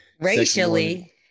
racially